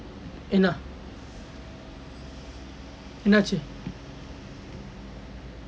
என்ன என்ன ஆகியது:enna enna aakiyathu